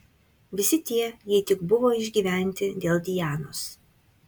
visi tie jei tik buvo išgyventi dėl dianos